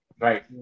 Right